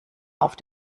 auf